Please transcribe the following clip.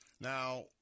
Now